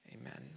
amen